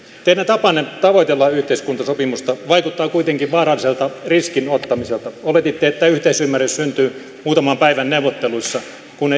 teidän tapanne tavoitella yhteiskuntasopimusta vaikuttaa kuitenkin vaaralliselta riskin ottamiselta oletitte että yhteisymmärrys syntyy muutaman päivän neuvotteluissa kun